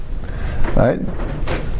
Right